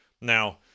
Now